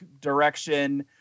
direction